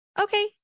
okay